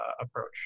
approach